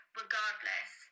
regardless